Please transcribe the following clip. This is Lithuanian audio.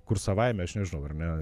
kur savaime aš nežinau ar ne